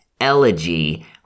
Elegy